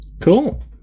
Cool